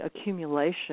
accumulation